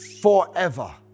forever